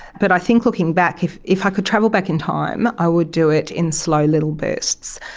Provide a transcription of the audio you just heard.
but i think, looking back, if if i could travel back in time i would do it in slow little bursts.